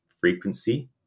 frequency